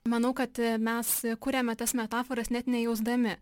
manau kad mes kuriame tas metaforas net nejausdami